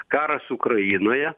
karas ukrainoje